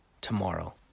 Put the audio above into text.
tomorrow